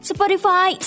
Spotify